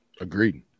agreed